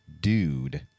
dude